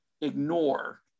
ignore